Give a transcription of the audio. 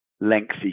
lengthy